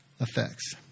effects